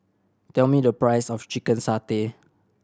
tell me the price of chicken satay